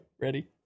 Ready